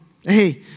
hey